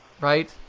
right